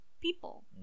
people